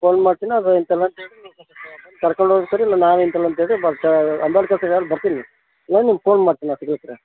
phone ಮಾಡ್ತೀನಿ ಕರ್ಕೊಂಡು ಹೋಗಿ ಸರ್ ಇಲ್ಲ ನಾವೇ ಇಂಥಲ್ಲಿ ಅಂತ ಹೇಳಿ ಬರ್ತ ಅಂಬೇಡ್ಕರ್ ಬರ್ತೀನಿ ಬಂದು ನಿಮ್ಗೆ ಫೋನ್ ಮಾಡ್ತೀನಿ